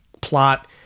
plot